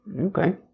Okay